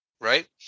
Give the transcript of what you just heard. Right